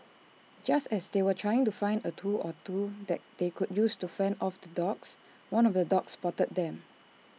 just as they were trying to find A tool or two that they could use to fend off the dogs one of the dogs spotted them